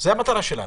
זו המטרה שלנו.